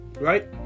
right